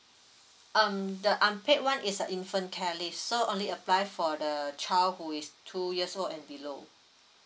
um the unpaid one is a infant care leave so only apply for the child who is two years old and below